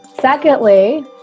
Secondly